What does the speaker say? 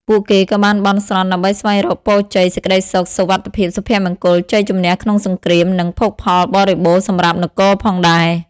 ពួកគេក៏បានបន់ស្រន់ដើម្បីស្វែងរកពរជ័យ សេចក្ដីសុខ សុវត្ថិភាព សុភមង្គល ជ័យជំនះក្នុងសង្គ្រាម និងភោគផលបរិបូរណ៍សម្រាប់នគរផងដែរ។